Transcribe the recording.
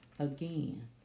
Again